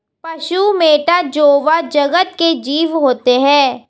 पशु मैटा जोवा जगत के जीव होते हैं